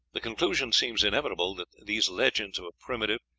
the conclusion seems inevitable that these legends of a primitive,